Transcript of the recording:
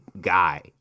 guy